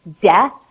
death